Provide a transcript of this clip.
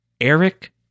Eric